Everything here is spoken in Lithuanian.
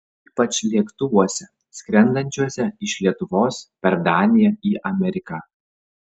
ypač lėktuvuose skrendančiuose iš lietuvos per daniją į ameriką